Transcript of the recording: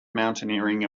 mountaineering